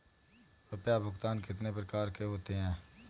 रुपया भुगतान कितनी प्रकार के होते हैं?